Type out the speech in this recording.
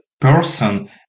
person